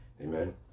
Amen